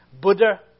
Buddha